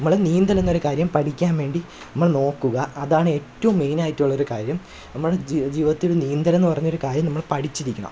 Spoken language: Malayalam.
നമ്മൾ നീന്തലെന്ന ഒരു കാര്യം പഠിക്കാൻ വേണ്ടി നമ്മൾ നോക്കുക അതാണ് ഏറ്റവും മെയ്നായിട്ടുള്ള ഒരു കാര്യം നമ്മൾ ജീ ജീവിതത്തിൽ നീന്തലെന്ന് പറഞ്ഞൊരു കാര്യം നമ്മൾ പഠിച്ചിരിക്കണം